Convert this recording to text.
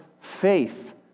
faith